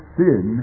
sin